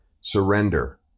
Surrender